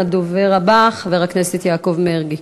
הדובר הבא, חבר הכנסת יעקב מרגי.